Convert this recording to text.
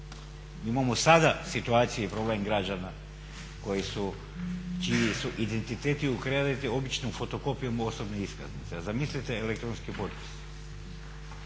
Imamo sada situacije i problem građana koji su, čiji su identiteti …/Govornik se ne razumije./… običnom fotokopijom osobne iskaznice, a zamislite elektronski potpis.